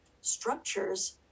structures